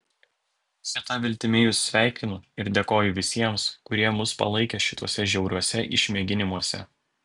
šita viltimi jus sveikinu ir dėkoju visiems kurie mus palaikė šituose žiauriuose išmėginimuose